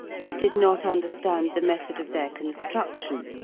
but did not understand the method of their construction,